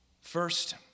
First